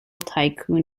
tycoon